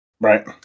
Right